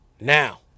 now